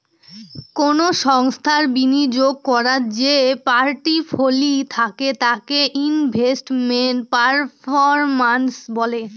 কোনো সংস্থার বিনিয়োগ করার যে পোর্টফোলি থাকে তাকে ইনভেস্টমেন্ট পারফরম্যান্স বলে